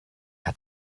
hat